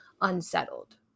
unsettled